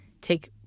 Take